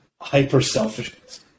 hyper-selfishness